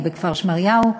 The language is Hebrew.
היא בכפר-שמריהו,